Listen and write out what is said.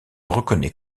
reconnaît